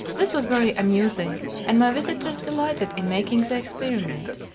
this was very amusing, and my visitors delighted in making the experiment.